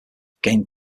gained